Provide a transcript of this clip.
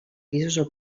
pisos